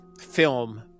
film